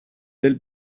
del